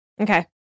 Okay